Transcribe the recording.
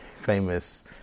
famous